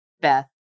Beth